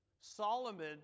Solomon